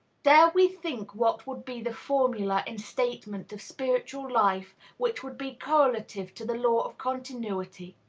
dare we think what would be the formula in statement of spiritual life which would be correlative to the law of continuity?